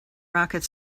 rocket